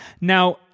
Now